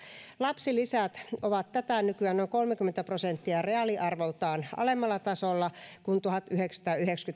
lapsilisät ovat tätä nykyä noin kolmekymmentä prosenttia reaaliarvoltaan alemmalla tasolla kuin tuhatyhdeksänsataayhdeksänkymmentä